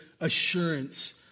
assurance